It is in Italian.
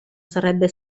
sarebbe